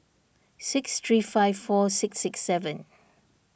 six three five five four six six seven